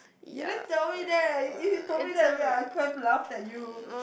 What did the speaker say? you didn't tell me that if you told me that earlier I could've laughed at you